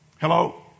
Hello